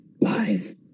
Lies